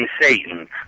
Satan